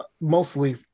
mostly